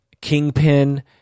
Kingpin